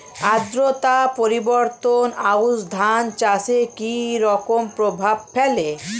আদ্রতা পরিবর্তন আউশ ধান চাষে কি রকম প্রভাব ফেলে?